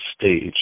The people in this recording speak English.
stage